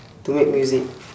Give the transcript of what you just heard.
to make music